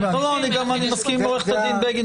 אני אומר --- פה אני גם מסכים עם עוה"ד בגין,